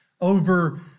over